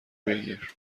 بگیر